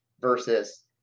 versus